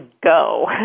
go